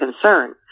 concern